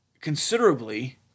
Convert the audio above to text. considerably